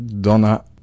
Donna